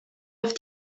auf